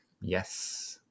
yes